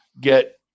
get